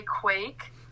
Quake